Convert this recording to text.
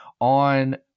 on